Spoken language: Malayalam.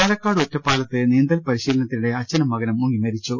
പാലക്കാട് ഒറ്റപ്പാലത്ത് നീന്തൽ പരിശീലനത്തിനിടെ അച്ഛനും മകനും മുങ്ങി മരിച്ചു